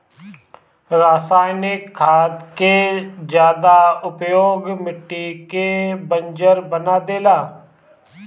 रासायनिक खाद के ज्यादा उपयोग मिट्टी के बंजर बना देला